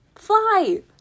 Fly